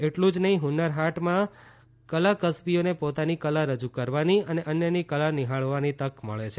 એટલું જ નફીં ફુન્નર હાટમાં કલાકસ્બીઓને પોતાની કલા રજૂ કરવાની અને અન્યની કલા નિહાળવાની તક મળે છે